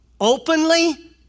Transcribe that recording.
openly